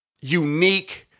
unique